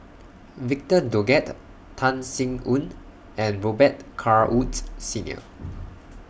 Victor Doggett Tan Sin Aun and Robet Carr Woods Senior